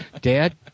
dad